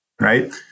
Right